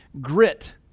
Grit